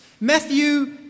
Matthew